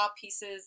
pieces